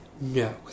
No